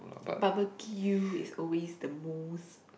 barbeque is also the most